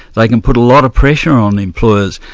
like can put a lot of pressure on employers.